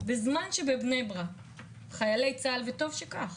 בזמן שבבני ברק חיילים של צה"ל חילקו, וטוב שכך,